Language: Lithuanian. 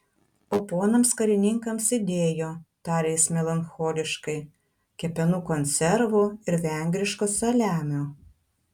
o ponams karininkams įdėjo tarė jis melancholiškai kepenų konservų ir vengriško saliamio